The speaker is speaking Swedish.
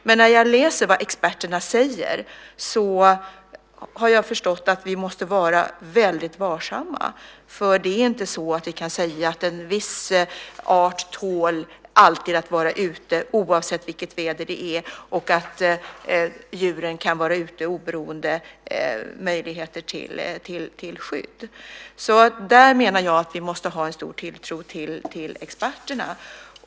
Men när jag läser vad experterna säger har jag förstått att vi måste vara väldigt varsamma. Det är inte så att vi kan säga att en viss art alltid tål att vara ute oavsett vilket väder det är och att djuren kan vara ute oberoende av möjligheter till skydd. Där menar jag att vi måste ha en stor tilltro till experterna.